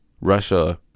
Russia